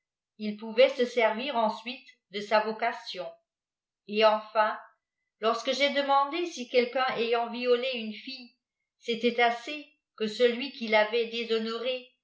il pouvait se servir ensuite de sa vocation et enfin lorsque j'ai demandé si quelqu'un ayant violé une fille c'était assez que celui qui tavait déshonorée